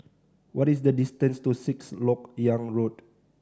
what is the distance to Sixth Lok Yang Road